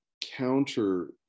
counter